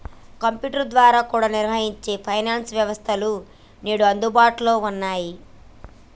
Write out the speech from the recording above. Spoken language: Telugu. కంప్యుటర్ ద్వారా కూడా నిర్వహించే ఫైనాన్స్ వ్యవస్థలు నేడు అందుబాటులో ఉన్నయ్యి